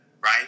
right